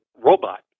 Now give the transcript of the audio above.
robot